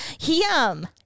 Yum